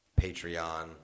Patreon